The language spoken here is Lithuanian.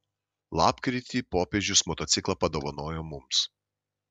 lapkritį popiežius motociklą padovanojo mums